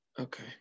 Okay